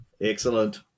Excellent